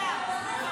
מיקי, לא, לא.